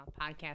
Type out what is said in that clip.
podcast